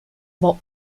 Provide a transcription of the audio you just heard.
war